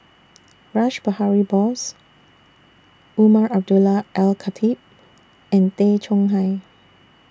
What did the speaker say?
Rash Behari Bose Umar Abdullah Al Khatib and Tay Chong Hai